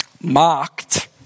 mocked